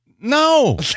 No